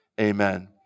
Amen